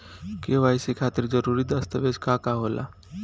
KYC खातिर जरूरी दस्तावेज का का होला?